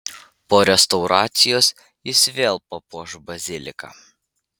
po restauracijos jis vėl papuoš baziliką